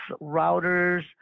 routers